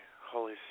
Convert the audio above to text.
Holy